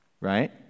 right